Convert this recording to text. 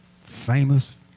famous